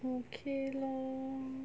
okay lor